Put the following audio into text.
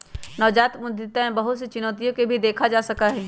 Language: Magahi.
नवजात उद्यमिता में बहुत सी चुनौतियन के भी देखा जा सका हई